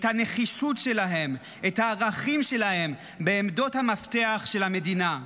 את הנחישות שלהם ואת הערכים שלהם בעמדות המפתח של המדינה.